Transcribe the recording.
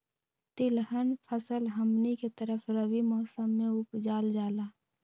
तिलहन फसल हमनी के तरफ रबी मौसम में उपजाल जाला